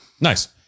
Nice